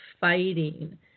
fighting